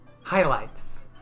Highlights